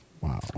Wow